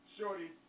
Shorty